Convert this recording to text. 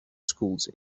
schools